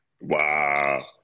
Wow